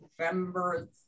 November